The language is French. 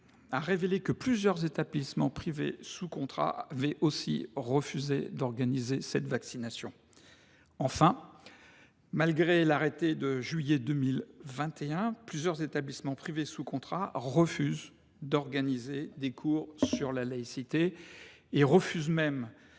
a révélé que plusieurs établissements privés sous contrat avaient aussi refusé d’organiser cette vaccination. Enfin, malgré l’arrêté de juillet 2021, plusieurs établissements privés sous contrat refusent d’organiser des cours sur la laïcité. Ils refusent même